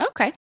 Okay